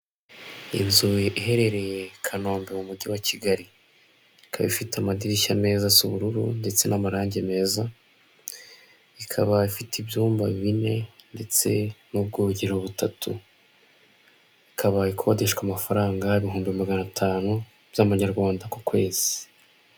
Inzu iherereye i Kanombe mu mugi wa Kigali ikaba ifite amadirishya meza, si ubururu ndetse n'amarangi meza ikaba ifite ibyumba bine ndetse n'ubwogero butatu kabaye ikodeshwa amafaranga ibihumbi magana atanu z'amanyarwanda ku kwezi.